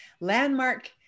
landmark